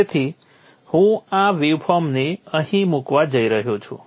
તેથી હું આ વેવફોર્મને અહીં મૂકવા જઇ રહ્યો છું